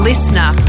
Listener